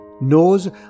knows